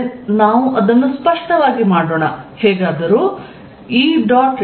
ಆದರೆ ನಾವು ಅದನ್ನು ಸ್ಪಷ್ಟವಾಗಿ ಮಾಡೋಣ ಹೇಗಾದರೂ E